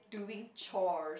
doing chore